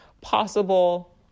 possible